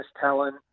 talent